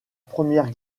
première